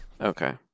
Okay